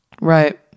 Right